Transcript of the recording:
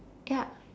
ya